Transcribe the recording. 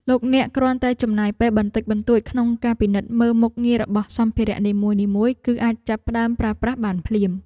លោកអ្នកគ្រាន់តែចំណាយពេលបន្តិចបន្តួចក្នុងការពិនិត្យមើលមុខងាររបស់សម្ភារៈនីមួយៗគឺអាចចាប់ផ្ដើមប្រើប្រាស់បានភ្លាម។